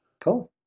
Cool